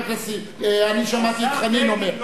אני שמעתי את חנין אומר,